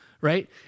right